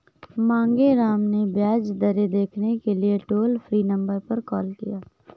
मांगेराम ने ब्याज दरें देखने के लिए टोल फ्री नंबर पर कॉल किया